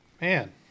man